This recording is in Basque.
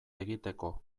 egiteko